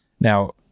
Now